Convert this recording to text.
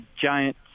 giant